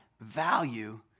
value